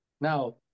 Now